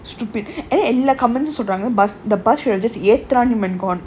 stupid eh எல்லா:ellaa comments um சொல்றாங்க:solraanga bus the bus you are just ஏத்துறானு:ethuraenu men gone